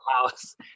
house